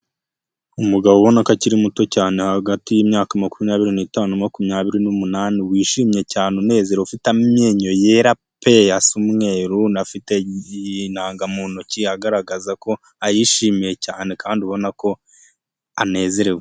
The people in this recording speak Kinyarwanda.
Umugabo ubona ko akiri muto cyane, hagati y'imyaka makumyabiri n'itanu na makumyabiri n'umunani, wishimye cyane umunezero ufite amenyo yera pe !! asa umweru afite inanga mu ntoki, agaragaza ko ayishimiye cyane, kandi ubona ko anezerewe.